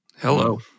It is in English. Hello